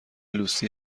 لوسی